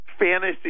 fantasy